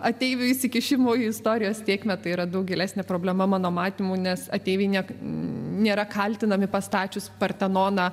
ateivių įsikišimu į istorijos tėkmę tai yra daug gilesnė problema mano matymu nes ateiviai ne nėra kaltinami pastačius partenoną